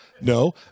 No